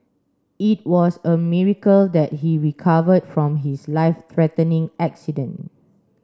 it was a miracle that he recovered from his life threatening accident